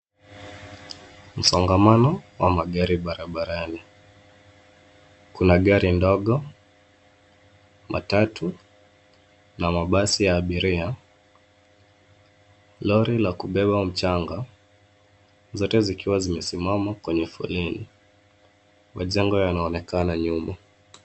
Msongamano wa magari barabarani. Kuna gari dogo, matatu na mabasi ya abiria, lori la kubeba mchanga zote zikiwa zimesimama kwenye foleni. Majengo yanaonekana nyuma.